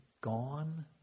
gone